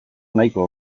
nahiko